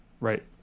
Right